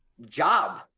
job